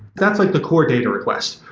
that's like the core data request.